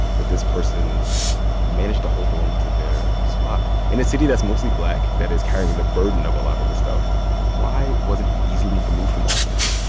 that this person managed to hold on to their spot in a city that's mostly black that is carrying the burden of a lot of this stuff. why wasn't he easily removed from office?